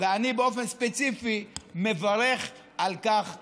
אני באופן ספציפי מברך על כך מאוד.